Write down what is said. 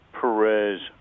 Perez